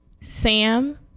Sam